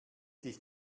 dich